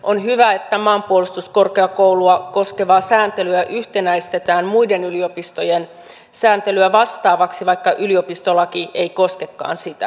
on hyvä että maanpuolustuskorkeakoulua koskevaa sääntelyä yhtenäistetään muiden yliopistojen sääntelyä vastaavaksi vaikka yliopistolaki ei koskekaan sitä